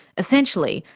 essentially,